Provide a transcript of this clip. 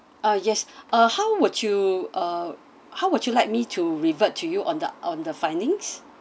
uh yes uh how would you uh how would you like me to revert to you on the on the findings